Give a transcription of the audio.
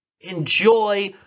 enjoy